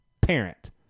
parent